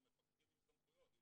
מפקחים עם סמכויות במגוון נושאים,